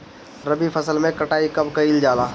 रबी फसल मे कटाई कब कइल जाला?